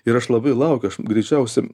ir aš labai laukiu aš greičiausia